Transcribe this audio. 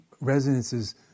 resonances